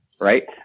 right